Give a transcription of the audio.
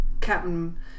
Captain